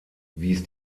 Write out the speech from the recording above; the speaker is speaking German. wies